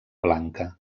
blanca